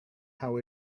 how